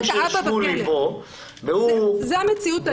זאת המציאות היום.